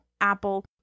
Apple